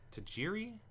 Tajiri